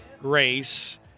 Grace